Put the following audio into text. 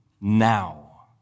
now